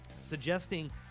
Suggesting